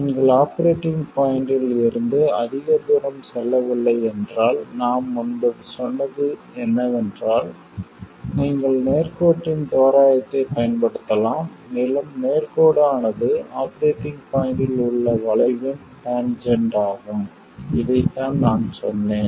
நீங்கள் ஆபரேட்டிங் பாய்ண்ட்டில் இருந்து அதிக தூரம் செல்லவில்லை என்றால் நான் முன்பு சொன்னது என்னவென்றால் நீங்கள் நேர்கோட்டின் தோராயத்தைப் பயன்படுத்தலாம் மேலும் நேர்கோடு ஆனது ஆபரேட்டிங் பாய்ண்ட்டில் உள்ள வளைவின் டேன்ஜெண்ட் ஆகும் இதைத்தான் நான் சொன்னேன்